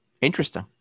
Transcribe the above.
Interesting